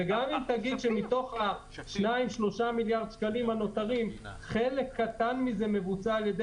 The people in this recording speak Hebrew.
גם אם תגיד שמתוך 3-2 מיליארד שקלים הנותרים חלק קטן מבוצע על-ידי